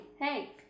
hey